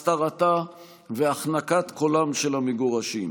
הסתרתה והחנקת קולם של המגורשים.